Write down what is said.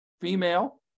female